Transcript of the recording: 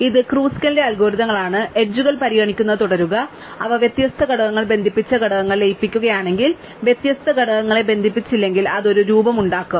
അതിനാൽ ഇത് ക്രുസ്കലിന്റെ അൽഗോരിതങ്ങളാണ് എഡ്ജുകൾ പരിഗണിക്കുന്നത് തുടരുക അവ വ്യത്യസ്ത ഘടകങ്ങൾ ബന്ധിപ്പിച്ച് ഘടകങ്ങൾ ലയിപ്പിക്കുകയാണെങ്കിൽ വ്യത്യസ്ത ഘടകങ്ങളെ ബന്ധിപ്പിച്ചില്ലെങ്കിൽ അത് ഒരു രൂപം ഉണ്ടാക്കും